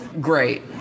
great